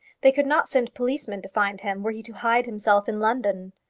they could not send policemen to find him, were he to hide himself in london.